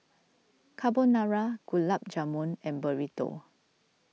Carbonara Gulab Jamun and Burrito